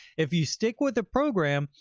if you stick with the program,